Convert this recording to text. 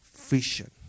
vision